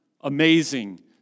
amazing